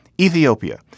Ethiopia